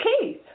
Keith